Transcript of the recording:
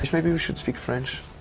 maybe we should speak french.